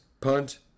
Punt